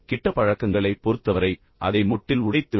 கெட்ட பழக்கங்களைப் பொறுத்தவரை அதை மொட்டில் உடைத்து விடவும்